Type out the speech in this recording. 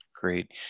Great